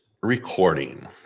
recording